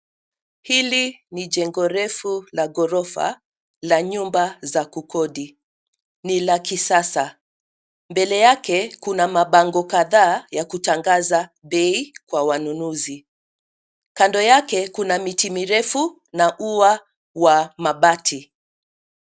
Hili ni jengo refu la ghorofa la nyumba za kukodi. Ni la kisasa. Mbele yake kuna mabango kadhaa ya kutangaza bei kwa wanunuzi. Kando yake kuna miti mirefu na ua wa mabati.